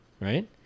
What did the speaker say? Right